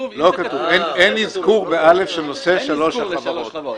אין אזכור ב-(א) של נושא שלוש החברות.